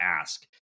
ask